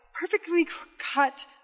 perfectly-cut